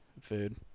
food